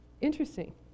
Interesting